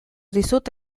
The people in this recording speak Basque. dizut